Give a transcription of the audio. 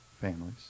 families